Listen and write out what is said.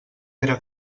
pere